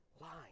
Lying